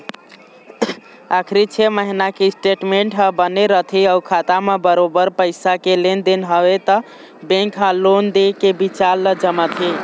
आखरी छै महिना के स्टेटमेंट ह बने रथे अउ खाता म बरोबर पइसा के लेन देन हवय त बेंक ह लोन दे के बिचार ल जमाथे